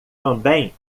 também